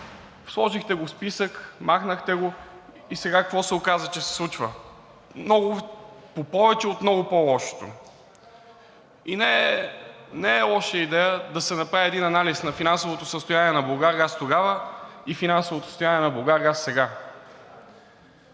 Сложихте го в списък, махнахте го и сега какво се оказа, че се случва? Много повече от много по-лошото! И не е лоша идея да се направи един анализ на финансовото състояние на „Булгаргаз“ тогава и финансовото състояние сега.